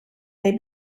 may